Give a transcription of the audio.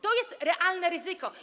To jest realne ryzyko.